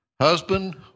husband